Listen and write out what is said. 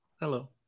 hello